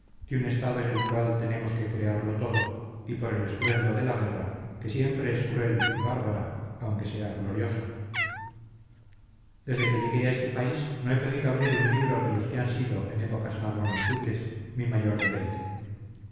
de un estado en el cual tenemos que crearlo todo y por el estruendo de la guerra que siempre es cruel y bárbara aunque sea gloriosa desde que llegué a este país no he podido abrir un libro de los que han sido en épocas más bonancibles mi mayor deleite